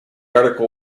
article